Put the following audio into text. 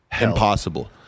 impossible